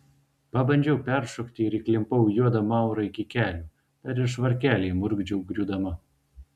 pabandžiau peršokti ir įklimpau į juodą maurą iki kelių dar ir švarkelį įmurkdžiau griūdama